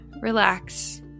relax